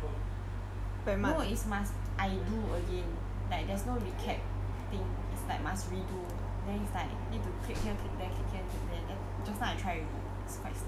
no is must I do again like there's no recap thing is like must redo then it's like need to click here click there click here click there then just now I try already it's quite slow that's why I don't want to do